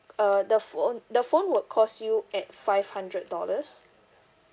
uh the phone the phone would cost you at five hundred dollars